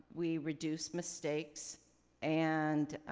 we reduce mistakes and,